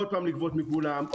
עוד פעם לגבות מכולם,